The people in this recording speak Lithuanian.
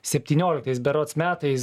septynioliktais berods metais